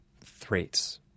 threats